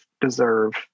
deserve